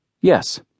Yes